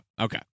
okay